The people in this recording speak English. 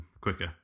quicker